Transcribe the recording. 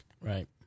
Right